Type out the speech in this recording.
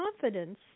confidence